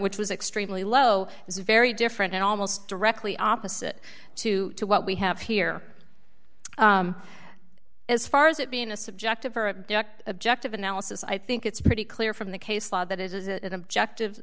which was extremely low is very different almost directly opposite to what we have here as far as it being a subjective or objective analysis i think it's pretty clear from the case law that it is it objective